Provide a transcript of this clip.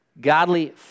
Godly